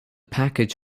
package